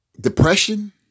depression